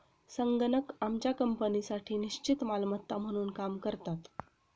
संगणक आमच्या कंपनीसाठी निश्चित मालमत्ता म्हणून काम करतात